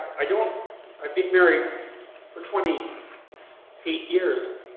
i don't i've been married for twenty eight years